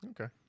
Okay